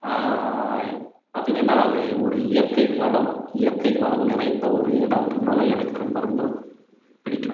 பார்த்திங்கனா அது ஒரு இயற்கை வளம் இயற்கை வளம் நிறைந்த ஒரு இடம் அப்படின்றதால எனக்கு ரொம்ப ரொம்ப பிடிக்கும்